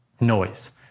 noise